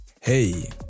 Hey